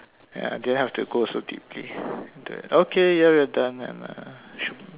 ya didn't have to go so deep okay ya we're done and uh